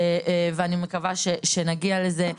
ואני מקווה שנגיע לזה.